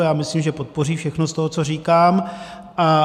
Já myslím, že podpoří všechno z toho, co říkám.